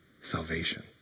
salvation